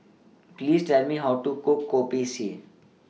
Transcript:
Please Tell Me How to Cook Kopi C